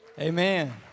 Amen